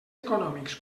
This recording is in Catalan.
econòmics